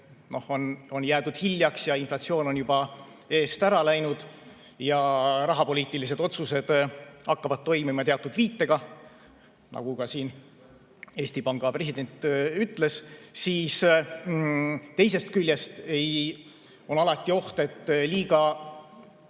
on jäädud hiljaks ja inflatsioon on juba eest ära läinud ja rahapoliitilised otsused hakkavad toimima teatud viitega, nagu ka Eesti Panga president ütles. Aga teisest küljest on alati oht, et liiga